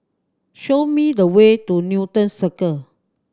show me the way to Newton Circle